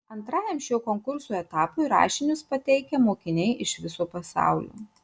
antrajam šio konkurso etapui rašinius pateikia mokiniai iš viso pasaulio